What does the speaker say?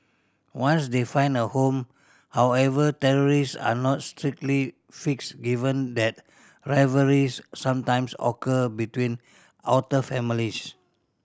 once they find a home however are not strictly fixed given that rivalries sometimes occur between otter families